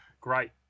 Great